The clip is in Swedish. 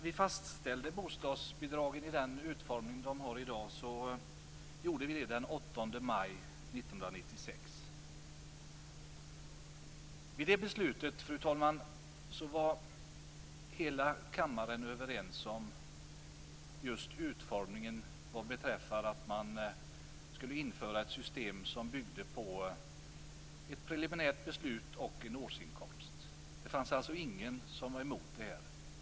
Vi fastställde bostadsbidragen och den utformning de har i dag den 8 maj 1996. Vid det beslutet, fru talman, var hela kammaren överens om utformningen vad beträffar att man skulle införa ett system som byggde på ett preliminärt beslut och en årsinkomst. Det fanns alltså ingen som var emot det.